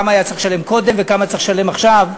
כמה היה צריך לשלם קודם וכמה צריך לשלם עכשיו.